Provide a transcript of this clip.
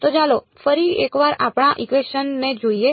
તો ચાલો ફરી એકવાર આપણા ઇકવેશન ને જોઈએ